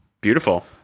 Beautiful